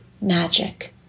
magic